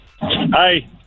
Hi